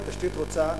והתשתית רוצה,